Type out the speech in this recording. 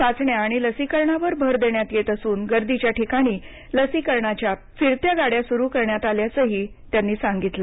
चाचण्या आणि लसीकरणावर भर देण्यात येत असून गर्दीच्या ठिकाणी लसीकरणाच्या फिरत्या गाड्या सुरु करण्यात आल्याचंही त्यांनी सांगितलं